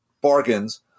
bargains